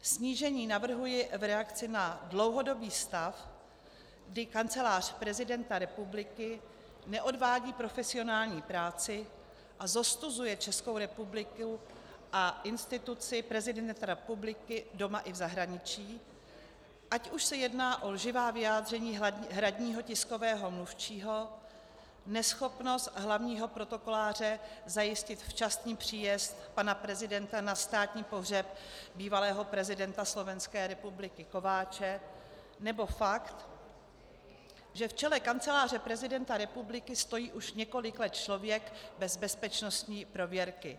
Snížení navrhuji v reakci na dlouhodobý stav, kdy Kancelář prezidenta republiky neodvádí profesionální práci a zostuzuje Českou republiku a instituci prezidenta republiky doma i v zahraničí, ať už se jedná o lživá vyjádření hradního tiskového mluvčího, neschopnost hlavního protokoláře zajistit včasný příjezd pana prezidenta na státní pohřeb bývalého prezidenta Slovenské republiky Kováče nebo fakt, že v čele Kanceláře prezidenta republiky stojí už několik let člověk bez bezpečnostní prověrky.